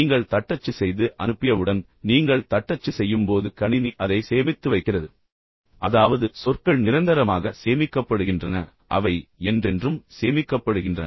நீங்கள் தட்டச்சு செய்து அனுப்பியவுடன் நீங்கள் தட்டச்சு செய்யும் போது உங்கள் கணினி அதை சேமித்து வைக்கிறது என்று மக்கள் கூட கூறுகிறார்கள் அதாவது சொற்கள் நிரந்தரமாக சேமிக்கப்படுகின்றன அவை என்றென்றும் சேமிக்கப்படுகின்றன